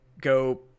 go